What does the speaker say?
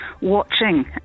watching